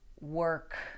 work